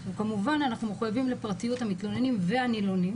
כמובן אנחנו חייבים לפרטיות המתלוננים והנילונים